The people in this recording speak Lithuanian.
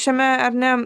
šiame ar ne